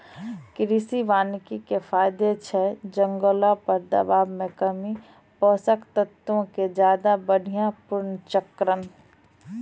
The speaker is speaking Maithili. कृषि वानिकी के फायदा छै जंगलो पर दबाब मे कमी, पोषक तत्वो के ज्यादा बढ़िया पुनर्चक्रण